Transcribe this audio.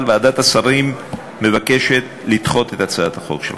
אבל ועדת השרים מבקשת לדחות את הצעת החוק שלך.